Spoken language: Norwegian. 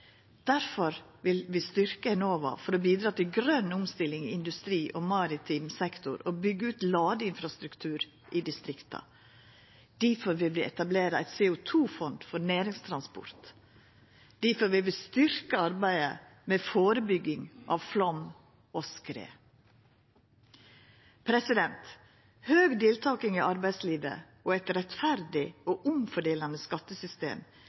vil vi styrkja Enova, for å bidra til grøn omstilling i industri og maritim sektor og byggja ut ladeinfrastruktur i distrikta. Difor vil vi etablera eit CO 2 -fond for næringstransport. Difor vil vi styrkja arbeidet med førebygging av flaum og skred. Høg deltaking i arbeidslivet og eit rettferdig og omfordelande skattesystem